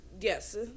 Yes